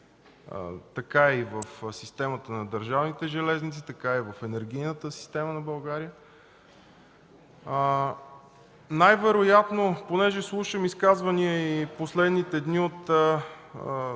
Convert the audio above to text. така е в системата на държавните железници, така е в енергийната система на България. Най-вероятно, понеже слушам изказвания в последните дни и